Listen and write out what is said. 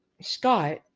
Scott